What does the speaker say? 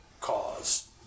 cause